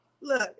look